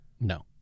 No